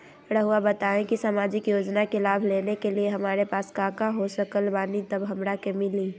रहुआ बताएं कि सामाजिक योजना के लाभ लेने के लिए हमारे पास काका हो सकल बानी तब हमरा के मिली?